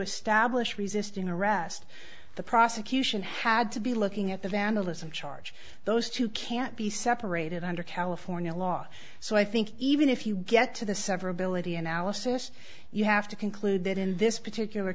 establish resisting arrest prosecution had to be looking at the vandalism charge those two can't be separated under california law so i think even if you get to the severability analysis you have to conclude that in this particular